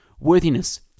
Worthiness